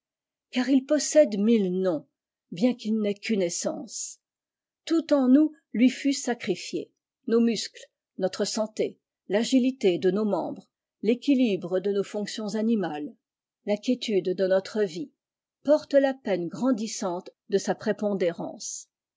car il possède mille noms bien qu'il n'ait qu'une essence tout en nous lui fut sacrilié nos muscles notre santé tagilité de nos membres l'équilibre de nos fonctions animales la quiétude de notre vie portent la peine grandissante de sa prépondérance